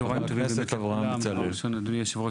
צהרים טובים אדוני היושב ראש,